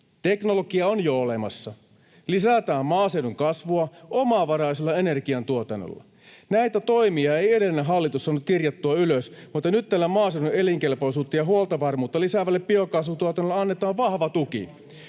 Teknologia on jo olemassa. Lisätään maaseudun kasvua omavaraisella energiantuotannolla. Näitä toimia ei edellinen hallitus saanut kirjattua ylös, mutta nyt tälle maaseudun elinkelpoisuutta ja huoltovarmuutta lisäävälle biokaasuntuotannolle annetaan vahva tuki.